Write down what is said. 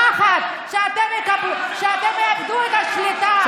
פחד שאתם תאבדו את השליטה,